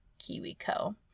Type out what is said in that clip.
KiwiCo